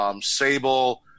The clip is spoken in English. Sable